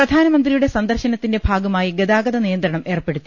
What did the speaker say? പ്രധാനമന്ത്രിയുടെ സന്ദർശനത്തിന്റെ ഭാഗമായി ഗതാഗത നിയ ന്ത്രണം ഏർപ്പെടുത്തി